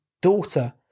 daughter